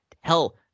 Hell